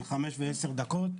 של חמש או עשר דקות.